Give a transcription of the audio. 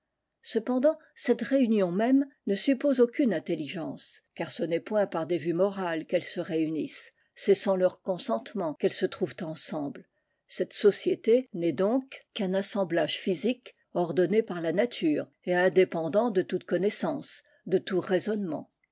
cependant cette réunion même ne suppose aucune intelligence car ce n'est point par des vues morales qu'elles se réunissent c'est sans leur consentement qu'elles se trouvent ensemble cette société n'est donc qu'un assemblage physique ordonné par la nature et indépendant de toute connaissance de tout raisonnement